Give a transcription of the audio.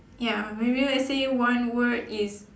ya maybe let's say one word is